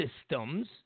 systems